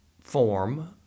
form